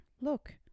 Look